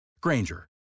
Granger